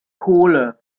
kohle